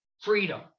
freedom